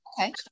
okay